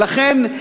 ולכן,